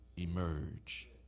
emerge